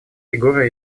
фигура